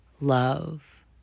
love